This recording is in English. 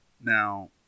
Now